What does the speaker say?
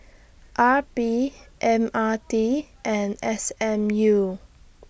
R P M R T and S M U